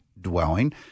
dwelling